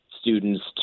students